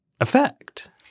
effect